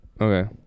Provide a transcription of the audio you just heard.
Okay